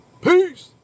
Peace